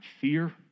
fear